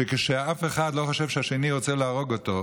זה שכשאף אחד לא חושב שהשני רוצה להרוג אותו,